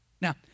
Now